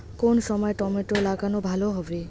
কোন সময় টমেটো লাগালে ভালো হবে?